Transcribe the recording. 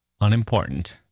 unimportant